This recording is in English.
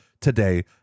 today